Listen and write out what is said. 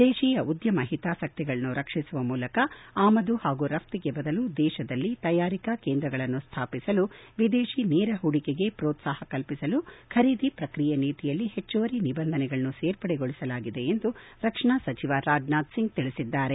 ದೇಶೀಯ ಉದ್ದಮ ಹಿತಾಸಕ್ತಿಗಳನ್ನು ರಕ್ಷಿಸುವ ಮೂಲಕ ಆಮದು ಪಾಗೂ ರಷ್ತಿಗೆ ಬದಲು ದೇಶದಲ್ಲಿ ತಯಾರಿಕಾ ಕೇಂದ್ರಗಳನ್ನು ಸ್ವಾಪಿಸಲು ವಿದೇಶಿ ನೇರ ಪೂಡಿಕೆಗೆ ಪ್ರೋತ್ಲಾಪ ಕಲ್ಪಿಸಲು ಖರೀದಿ ಪ್ರಕ್ರಿಯೆ ನೀತಿಯಲ್ಲಿ ಹೆಚ್ಚುವರಿ ನಿಬಂಧನೆಗಳನ್ನು ಸೇರ್ಪಡೆಗೊಳಿಸಲಾಗಿದೆ ಎಂದು ರಕ್ಷಣಾ ಸಚಿವ ರಾಜನಾಥ್ಸಿಂಗ್ ತಿಳಿಸಿದ್ದಾರೆ